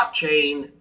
blockchain